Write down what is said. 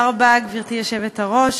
גברתי היושבת-ראש,